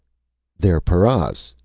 they're paras!